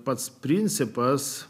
pats principas